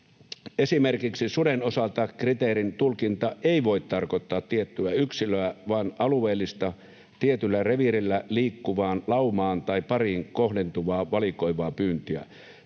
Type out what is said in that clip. ”Esimerkiksi suden osalta kriteerin tulkinta ei voi tarkoittaa tiettyä yksilöä, vaan alueellista, tietyllä reviirillä liikkuvaan laumaan tai pariin kohdentuvaa valikoivaa pyyntiä.